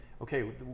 okay